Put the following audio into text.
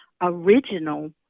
original